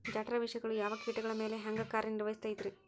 ಜಠರ ವಿಷಗಳು ಯಾವ ಕೇಟಗಳ ಮ್ಯಾಲೆ ಹ್ಯಾಂಗ ಕಾರ್ಯ ನಿರ್ವಹಿಸತೈತ್ರಿ?